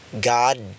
God